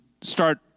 start